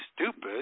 stupid